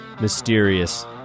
mysterious